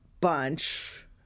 bunch